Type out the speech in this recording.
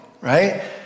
right